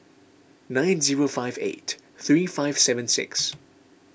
nine zero five eight three five seven six